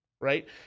right